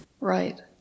right